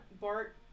Bart